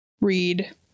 read